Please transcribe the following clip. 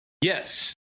Yes